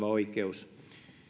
oikeus